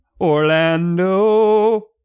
Orlando